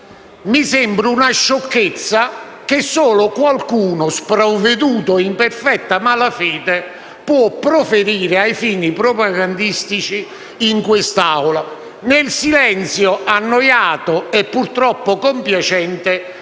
mi sembra una sciocchezza che solo qualcuno sprovveduto e in perfetta malafede può proferire ai fini propagandistici in questa Aula, nel silenzio annoiato, e purtroppo compiacente